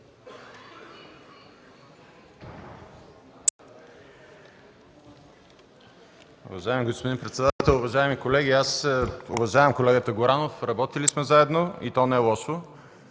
Уважаеми господин председател, уважаеми колеги! Уважавам колегата Горанов, работили сме заедно и то не лошо.